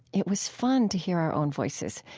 it was fun to hear our own voices.